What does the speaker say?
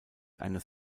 eines